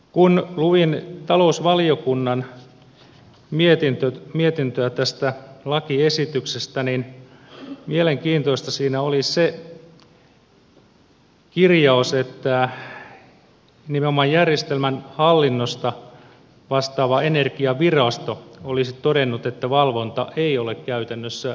kun luin talousvaliokunnan mietintöä tästä lakiesityksestä mielenkiintoista siinä oli se kirjaus että nimenomaan järjestelmän hallinnosta vastaava energiavirasto olisi todennut että valvonta ei ole käytännössä ongelma